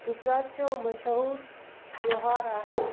गुजरात जो मशहूरु त्योहारु आहे